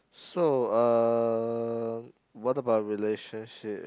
so uh what about relationship